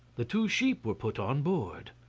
the two sheep were put on board.